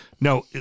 No